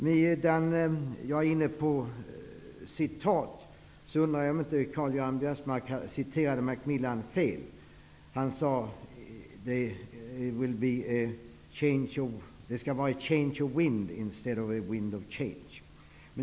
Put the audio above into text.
Medan jag är inne på citat, undrar jag om inte Karl Göran Biörsmark citerade Macmillan fel. Det skall vara ''the change of wind'' i stället för ''the wind of change''.